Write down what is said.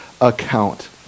account